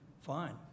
fine